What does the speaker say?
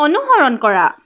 অনুসৰণ কৰা